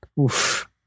Oof